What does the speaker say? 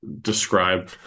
describe